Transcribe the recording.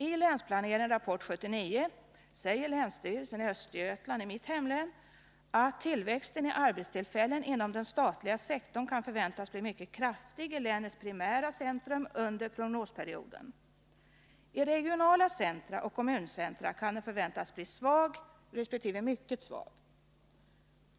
I Länsplanering, Rapport 79 säger länsstyrelsen i Östergötland, mitt hemlän, att tillväxten i arbetstillfällen inom den statliga sektorn kan förväntas bli mycket kraftig i länets primära centrum under prognosperioden. I regionala centra och kommuncentra kan den förväntas bli svag resp. mycket svag.